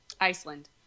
Iceland